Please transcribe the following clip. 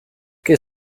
che